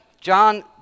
John